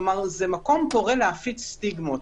כלומר, זה מקום שקורא להפיץ סטיגמות.